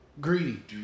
Greedy